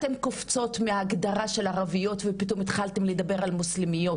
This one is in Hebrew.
אתן קופצות מהגדרה של ערביות ופתאום התחלתן לדבר על מוסלמיות,